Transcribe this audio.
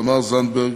תמר זנדברג,